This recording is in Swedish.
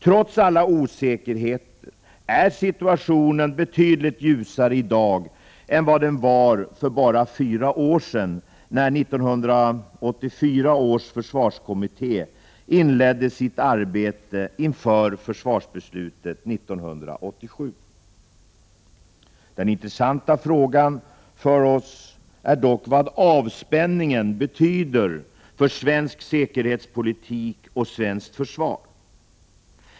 Trots alla osäkerheter är situationen betydligt ljusare i dag än vad den var för bara fyra år sedan, när 1984 års försvarskommitté inledde sitt arbete inför försvarsbeslutet 1987. Den intressanta frågan för oss är dock vad avspänningen betyder för svensk säkerhetspolitik och svenskt försvar.